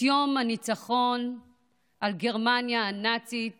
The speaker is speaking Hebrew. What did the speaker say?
לציון יום הניצחון על גרמניה הנאצית